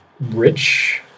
rich